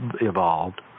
evolved